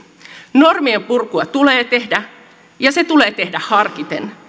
normien purkua tulee tehdä mutta se tulee tehdä harkiten